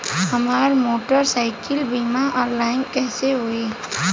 हमार मोटर साईकीलके बीमा ऑनलाइन कैसे होई?